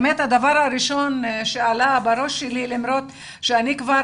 הדבר הראשון שעלה בראש שלי למרות שאני כבר